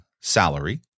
salary